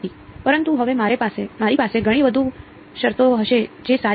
પરંતુ હવે મારી પાસે ઘણી વધુ શરતો હશે જે સારી છે